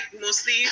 mostly